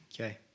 Okay